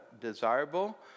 desirable